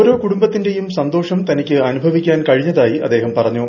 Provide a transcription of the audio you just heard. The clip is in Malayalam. ഓരോ കുടുംബത്തിന്റെയും സന്തോഷം തനിക്ക് അനുഭവിക്കാൻ കഴിഞ്ഞതായി അദ്ദേഹം പറഞ്ഞു